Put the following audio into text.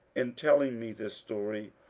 in tell ing me this story,